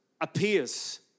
appears